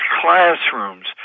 classrooms